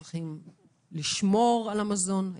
לשמור על מזון,